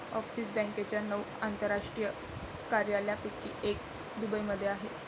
axis बँकेच्या नऊ आंतरराष्ट्रीय कार्यालयांपैकी एक दुबईमध्ये आहे